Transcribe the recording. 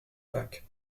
pâques